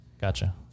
Gotcha